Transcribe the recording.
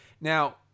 Now